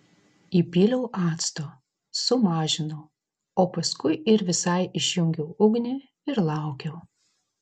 įpyliau acto sumažinau o paskui ir visai išjungiau ugnį ir laukiau